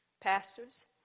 pastors